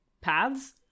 paths